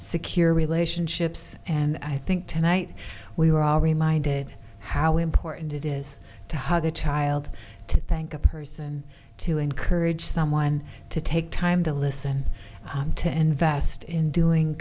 secure relationships and i think tonight we were all reminded how important it is to hug a child to thank a person to encourage someone to take time to listen to and vast in doing